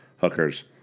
hookers